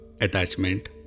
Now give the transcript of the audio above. Attachment